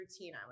routine